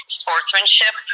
sportsmanship